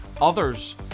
others